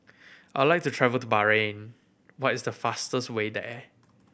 I would like to travel to Bahrain what is the fastest way there